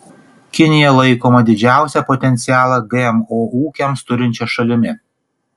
kinija laikoma didžiausią potencialą gmo ūkiams turinčia šalimi